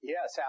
Yes